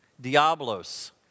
Diablos